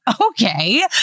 okay